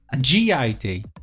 G-I-T